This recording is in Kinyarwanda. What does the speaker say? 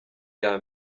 iya